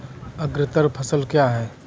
अग्रतर फसल क्या हैं?